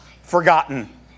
forgotten